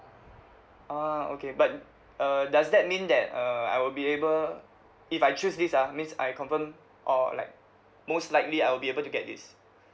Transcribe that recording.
ah okay but uh does that mean that uh I will be able if I choose this ah means I confirm or like most likely I'll be able to get this